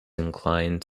incline